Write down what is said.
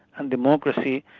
and democracy,